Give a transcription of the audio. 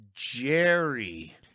Jerry